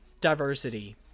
diversity